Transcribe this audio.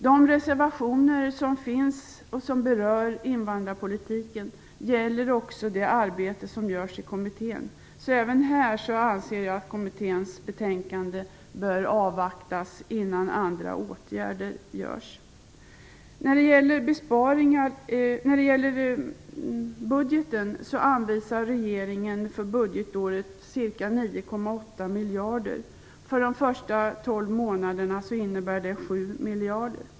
De reservationer som berör invandrarpolitiken gäller också det arbete som görs i kommittén, så även här anser jag att kommitténs betänkande bör avvaktas innan andra åtgärder vidtas. När det gäller budgeten anvisar regeringen för budgetåret ca 9,8 miljarder. För de första tolv månaderna innebär det 7 miljarder.